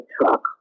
truck